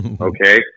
Okay